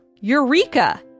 Eureka